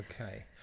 okay